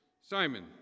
Simon